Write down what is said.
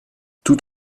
tout